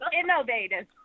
innovative